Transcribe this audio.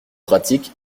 pratique